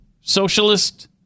socialist